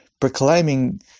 proclaiming